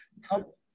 help